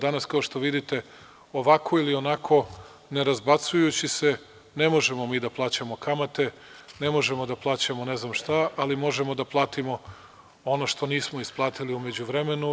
Danas, kao što vidite, ovako ili onako, ne razbacujući se, ne možemo mi da plaćamo kamate, ne možemo da plaćamo ne znam šta, ali možemo da platimo ono što nismo isplatili u međuvremenu.